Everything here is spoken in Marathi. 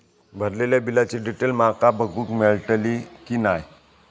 भरलेल्या बिलाची डिटेल माका बघूक मेलटली की नाय?